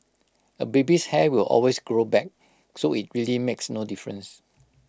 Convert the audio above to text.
A baby's hair will always grow back so IT really makes no difference